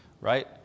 Right